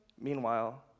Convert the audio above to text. Meanwhile